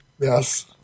Yes